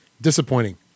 Disappointing